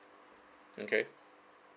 okay